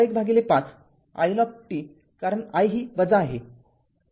तर १५ i L t कारण i ही - आहे